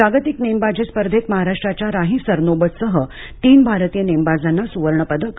जागतिक नेमबाजी स्पर्धेत महाराष्ट्राच्या राही सरनोबतसह तीन भारतीय नेमबाजांना सुवर्णपदकं